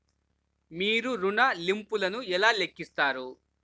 మీరు ఋణ ల్లింపులను ఎలా లెక్కిస్తారు?